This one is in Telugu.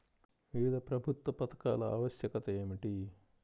వివిధ ప్రభుత్వ పథకాల ఆవశ్యకత ఏమిటీ?